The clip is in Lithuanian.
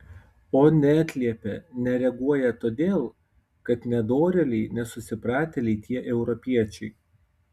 o neatliepia nereaguoja todėl kad nedorėliai nesusipratėliai tie europiečiai